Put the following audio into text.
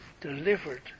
delivered